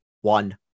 one